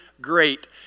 great